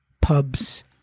pubs